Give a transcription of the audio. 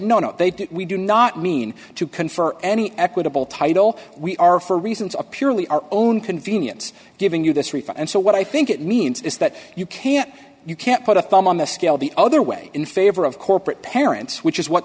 no no they did we do not mean to confer any equitable title we are for reasons of purely our own convenience giving you this refund and so what i think it means is that you can't you can't put a thumb on the scale the other way in favor of corporate parents which is what